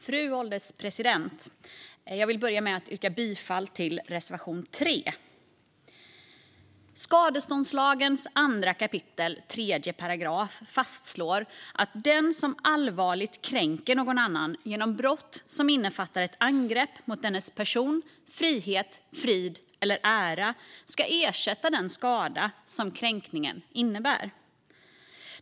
Fru ålderspresident! Jag yrkar bifall till reservation 3. Skadeståndslagen 2 kap. 3 § fastslår att "den som allvarligt kränker någon annan genom brott som innefattar ett angrepp mot dennes person, frihet, frid eller ära skall ersätta den skada som kränkningen innebär".